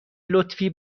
لطفی